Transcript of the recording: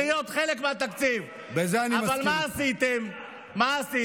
בזה אני מסכים איתך.